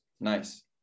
Nice